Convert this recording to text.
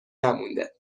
نمونده